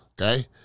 okay